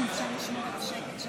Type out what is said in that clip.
רק אם אפשר לשמור על השקט שם.